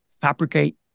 fabricate